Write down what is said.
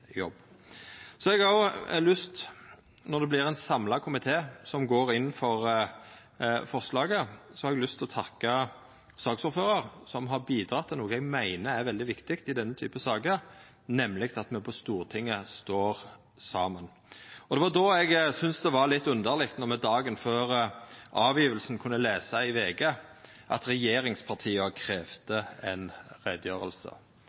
jobb. Så har eg òg – no når det vert ein samla komité som går inn for forslaget – lyst til å takka saksordføraren, som har bidrege til noko eg meiner er veldig viktig i denne typen saker, nemleg at me på Stortinget står saman. Det var då eg syntest det vart litt underleg når me dagen før me leverte innstillinga, kunne lesa i VG at regjeringspartia